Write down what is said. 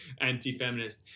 anti-feminist